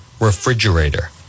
refrigerator